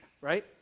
Right